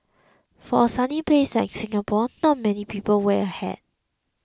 for a sunny place like Singapore not many people wear a hat